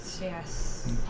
yes